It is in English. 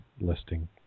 listing